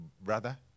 brother